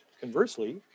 conversely